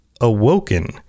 awoken